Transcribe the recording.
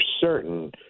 certain